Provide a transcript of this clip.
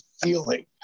feeling